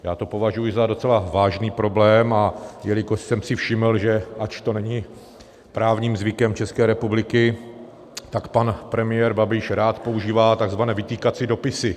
Já to považuji za docela vážný problém, a jelikož jsem si všiml, že ač to není právním zvykem České republiky, tak pan premiér Babiš rád používá takzvané vytýkací dopisy.